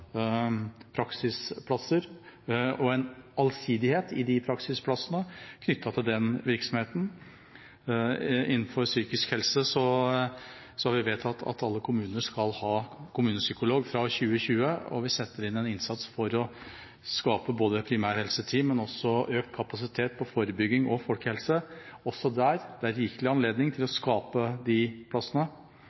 praksisplasser og ha en allsidighet i de praksisplassene knyttet til den virksomheten. Innenfor psykisk helse har vi vedtatt at alle kommuner skal ha kommunepsykolog fra 2020, og vi gjør en innsats for å skape både primærhelseteam og økt kapasitet på forebygging og folkehelse – også der. Det er rikelig anledning til å skape de plassene.